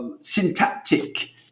syntactic